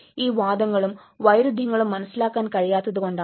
ഈ വാദങ്ങളും വൈരുദ്ധ്യങ്ങളും മനസ്സിലാക്കാൻ കഴിയാത്തത് കൊണ്ടാണ്